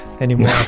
anymore